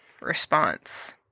response